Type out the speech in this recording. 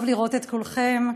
טוב לראות את כולכם,